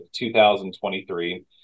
2023